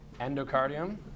endocardium